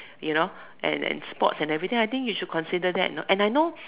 you know and and sports and everything I think you should consider that know and I know